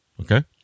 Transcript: Okay